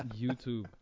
youtube